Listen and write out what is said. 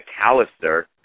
McAllister